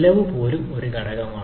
ചെലവ് പോലും ഒരു ഘടകമാണ്